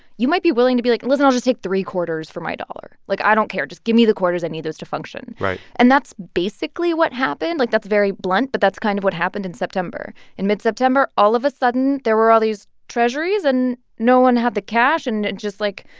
you might be willing to be like, listen. i'll just take three quarters for my dollar. like, i don't care. just give me the quarters. i need those to function right and that's basically what happened. like, that's very blunt, but that's kind of what happened in september. in mid-september, all of a sudden, there were all these treasuries, and no one had the cash. and and just, like,